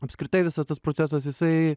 apskritai visas tas procesas jisai